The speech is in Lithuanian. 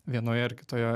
vienoje ar kitoje